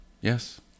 Yes